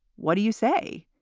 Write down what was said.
what do you say?